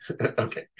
Okay